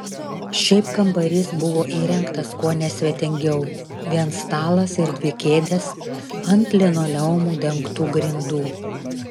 šiaip kambarys buvo įrengtas kuo nesvetingiau vien stalas ir dvi kėdės ant linoleumu dengtų grindų